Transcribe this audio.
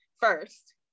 first